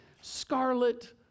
scarlet